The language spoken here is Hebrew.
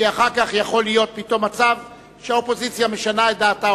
כי אחר כך יכול להיות פתאום מצב שהאופוזיציה משנה את דעתה,